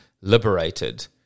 liberated